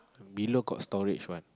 below got storage one